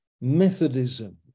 Methodism